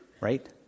right